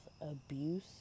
abuse